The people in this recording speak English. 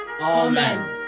Amen